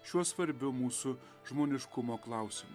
šiuo svarbiu mūsų žmoniškumo klausimu